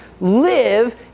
live